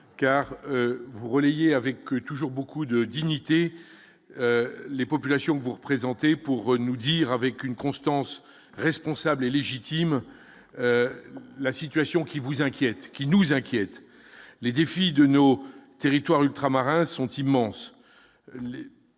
car vous relayez avec toujours beaucoup de dignité, les populations, vous représentez pour nous dire avec une constance responsable et légitime la situation qui vous inquiète, ce qui nous inquiète les défis de nos territoires ultramarins sont immenses,